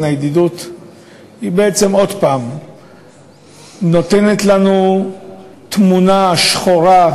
לידידות בעצם עוד הפעם נותן לנו תמונה שחורה,